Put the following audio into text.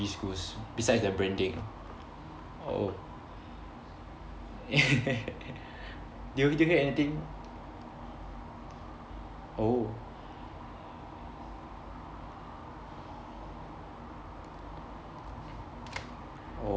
schools besides their branding oh do do you hate anything oh